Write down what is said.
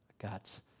God's